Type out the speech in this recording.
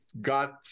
got